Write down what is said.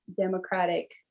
democratic